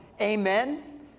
Amen